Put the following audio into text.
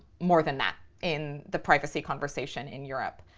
more than that in the privacy conversation in europe.